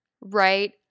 right